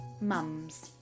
Mums